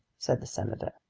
said the senator.